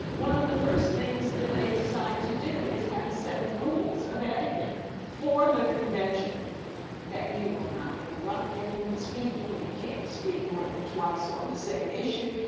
one of the first things that decide to do is have a set of rules of etiquette for the convention that you will not interrupt anyone speaking, you can't speak more than twice on the same issue,